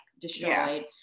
destroyed